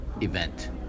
event